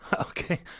Okay